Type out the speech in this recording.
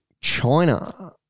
China